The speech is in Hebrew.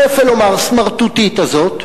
לא יפה לומר, הסמרטוטית הזאת,